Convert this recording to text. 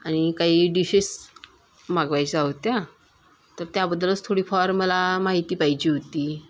आणि काही डिशेस मागवायच्या होत्या तर त्याबद्दलच थोडीफार मला माहिती पाहिजे होती